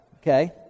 okay